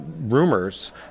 rumors